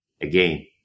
Again